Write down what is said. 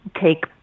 take